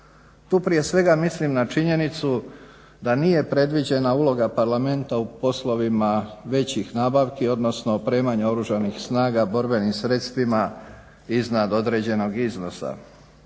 Tu prije svega mislim na činjenicu da nije predviđena uloga Parlamenta u poslovima većih nabavki, odnosno opremanja Oružanih snaga borbenim sredstvima iznad određenog iznosa.